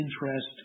interest